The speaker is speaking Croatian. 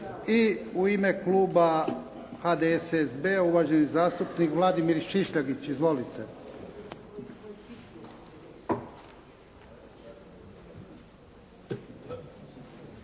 I u ime kluba HDSSB-a uvaženi zastupnik Vladimir Šišljagić. Izvolite.